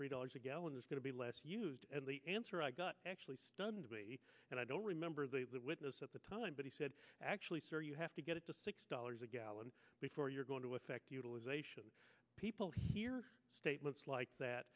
dollars a gallon is going to be less used and the answer i got actually stunned me and i don't remember the witness at the time but he said actually sir you have to get to six dollars a gallon before you're going to affect utilization people hear statements like that